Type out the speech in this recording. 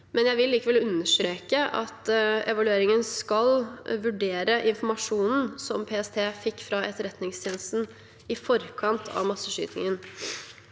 Jeg vil likevel understreke at evalueringen skal vurdere informasjonen som PST fikk fra Etterretningstjenesten i forkant av masseskytingen.